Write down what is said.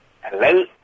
Hello